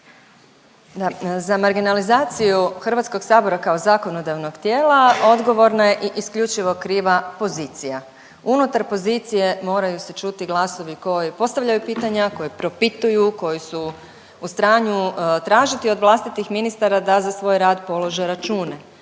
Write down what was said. Za marginalizaciju HS kao zakonodavnog tijela odgovorna je i isključivo kriva pozicija. Unutar pozicije moraju se čuti glasovi koji postavljaju pitanja, koji propituju, koji su u stanju tražiti od vlastitih ministara da za svoj rad polože račune.